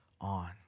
on